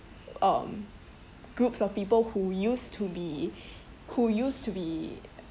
um groups of people who used to be who used to be